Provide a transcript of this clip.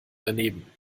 daneben